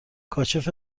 کاشف